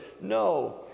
No